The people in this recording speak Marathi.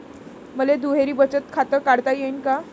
मले दुहेरी बचत खातं काढता येईन का?